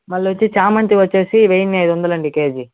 మళ్ళొచ్చి చామంతి వచ్చేసి వెయ్యిన్ని ఐదు వందలండి కేజీ